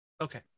okay